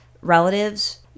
relatives